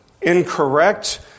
incorrect